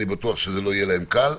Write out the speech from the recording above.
אני בטוח שלא יהיה להם קל,